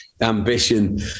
ambition